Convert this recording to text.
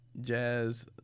Jazz